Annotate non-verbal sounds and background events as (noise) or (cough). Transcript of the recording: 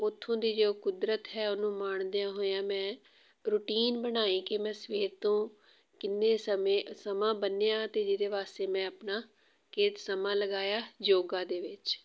ਉੱਥੋਂ ਦੀ ਜੋ ਕੁਦਰਤ ਹੈ ਉਹਨੂੰ ਮਾਣਦਿਆਂ ਹੋਇਆ ਮੈਂ ਰੁਟੀਨ ਬਣਾਈ ਕਿ ਮੈਂ ਸਵੇਰ ਤੋਂ ਕਿੰਨੇ ਸਮੇਂ ਸਮਾਂ ਬੰਨਿਆ ਅਤੇ ਜਿਹਦੇ ਵਾਸਤੇ ਮੈਂ ਆਪਣਾ (unintelligible) ਸਮਾਂ ਲਗਾਇਆ ਯੋਗਾ ਦੇ ਵਿੱਚ